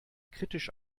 kritisch